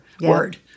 Word